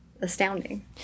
Astounding